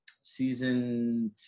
season